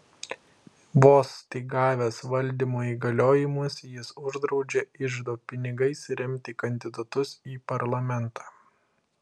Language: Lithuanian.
vos tik gavęs valdymo įgaliojimus jis uždraudžia iždo pinigais remti kandidatus į parlamentą